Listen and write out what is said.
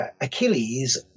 Achilles